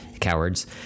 Cowards